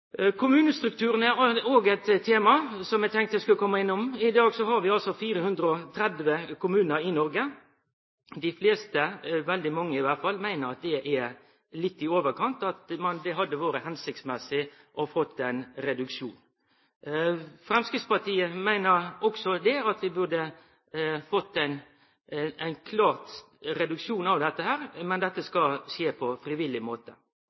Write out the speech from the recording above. Kommunestrukturen er òg eit tema som eg tenkte eg skulle komme innom. I dag har vi altså 430 kommunar i Noreg. Dei fleste – veldig mange, i allfall – meiner at det er litt i overkant, og at det hadde vore hensiktsmessig å få ein reduksjon. Framstegspartiet meiner også at vi burde fått ein reduksjon, men dette skal skje på ein frivillig måte.